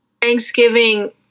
Thanksgiving